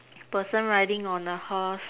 person riding on a horse